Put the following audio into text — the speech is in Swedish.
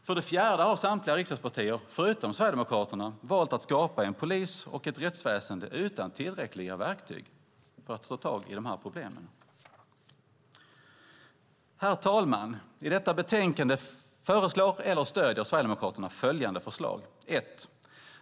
För det fjärde har samtliga riksdagspartier förutom Sverigedemokraterna valt att skapa en polis och ett rättsväsen utan tillräckliga verktyg för att ta tag i de här problemen. Herr talman! I detta betänkande föreslår eller stöder Sverigedemokraterna följande förslag: 1.